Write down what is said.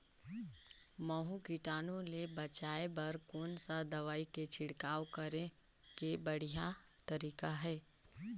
महू कीटाणु ले बचाय बर कोन सा दवाई के छिड़काव करे के बढ़िया तरीका हे?